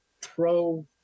pro